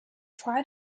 try